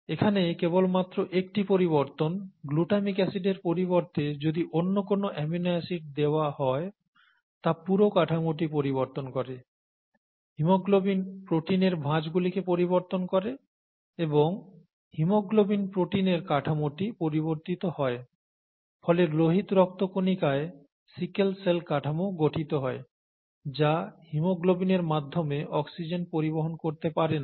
এখানে কেবলমাত্র একটি পরিবর্তন গ্লুটামিক অ্যাসিডের পরিবর্তে যদি অন্য কোন অ্যামিনো অ্যাসিড দেওয়া হয় তা পুরো কাঠামোটি পরিবর্তন করে হিমোগ্লোবিন প্রোটিনের ভাঁজগুলিকে পরিবর্তন করে এবং হিমোগ্লোবিন প্রোটিনের কাঠামোটি পরিবর্তিত হয় ফলে লোহিত রক্ত কণিকায় সিকেল সেল কাঠামো গঠিত হয় যা হিমোগ্লোবিনের মাধ্যমে অক্সিজেন পরিবহন করতে পারে না